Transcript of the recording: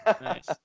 nice